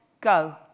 go